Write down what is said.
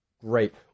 great